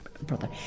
brother